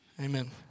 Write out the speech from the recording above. Amen